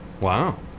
Wow